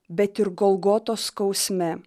bet ir golgotos skausme